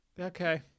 Okay